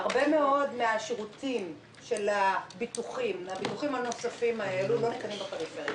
הרבה מאוד מן השירותים של הביטוחים הנוספים לא ניתנים בפריפריה.